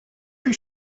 your